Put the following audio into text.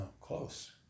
close